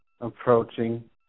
approaching